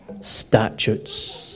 statutes